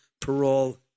parole